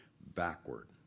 backward